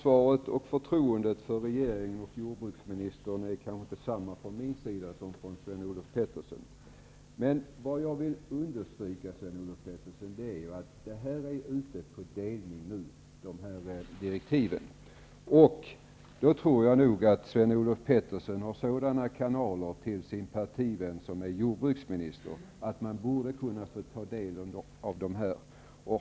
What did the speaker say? Fru talman! Förtroendet för regeringen och jordbruksministern är kanske inte detsamma från min sida som från Sven-Olof Peterssons. Vad jag vill understryka är att dessa direktiv nu är ute på delning. Jag tror att Sven-Olof Petersson har sådana kanaler till sin partivän som är jordbruksminister att han borde kunna få ta del av dessa direktiv.